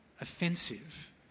offensive